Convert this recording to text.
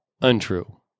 untrue